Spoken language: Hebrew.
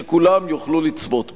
שכולם יוכלו לצפות בו.